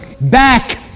back